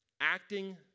Acting